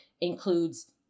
includes